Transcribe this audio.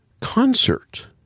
concert